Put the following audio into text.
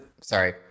sorry